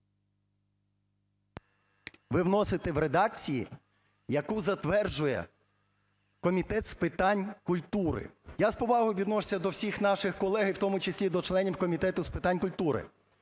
Ви вносити в редакції, яку затверджує Комітет з питань культури. Я з повагою відношуся до всіх наших колег і, в тому числі до членів Комітету з питань культури,